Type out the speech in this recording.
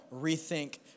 rethink